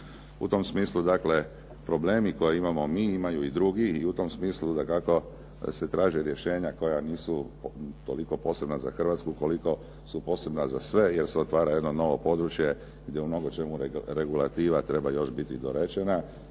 U tom smislu dakle, problemi koje imamo mi imaju i drugi i u tom smislu dakako se traže rješenja koja nisu toliko posebna za Hrvatsku, koliko su posebna za se jer se otvara jedno novo područje gdje u mnogo čemu regulativa treba još biti dorečena